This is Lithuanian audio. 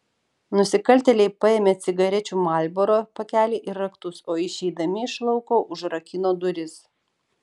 nusikaltėliai paėmė cigarečių marlboro pakelį ir raktus o išeidami iš lauko užrakino duris